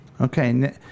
Okay